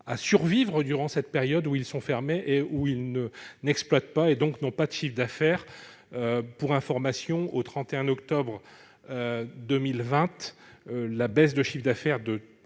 survivre durant cette période où ils sont fermés et n'ont pas de chiffre d'affaires. Pour information, au 31 octobre 2020, la baisse de chiffre d'affaires de